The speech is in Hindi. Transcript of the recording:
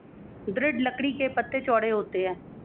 दृढ़ लकड़ी के पत्ते चौड़े होते हैं